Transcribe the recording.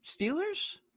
Steelers